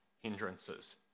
hindrances